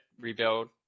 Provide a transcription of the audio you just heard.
rebuild